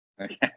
okay